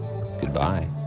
Goodbye